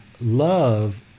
love